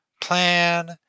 plan